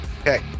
Okay